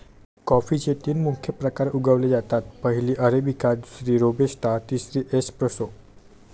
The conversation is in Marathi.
कॉफीचे तीन मुख्य प्रकार उगवले जातात, पहिली अरेबिका, दुसरी रोबस्टा, तिसरी एस्प्रेसो